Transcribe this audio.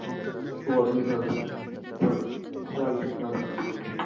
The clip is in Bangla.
ওতে খুব অসুবিধা হচ্ছে রাখছি তাহলে